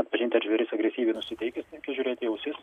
atpažinti ar žvėris agresyviai nusiteikęs žiūrėti į ausis